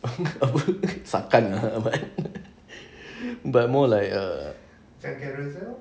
apa sakan ah but more like a